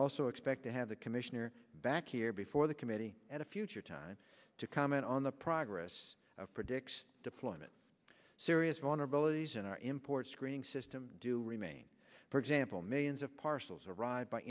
also expect to have the commissioner back here before the committee at a future time to comment on the progress of predicts deployment serious vulnerabilities in our import screening system do remain for example millions of parcels arrived by